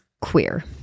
queer